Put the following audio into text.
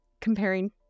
comparing